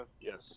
Yes